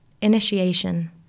initiation